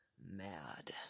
mad